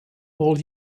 all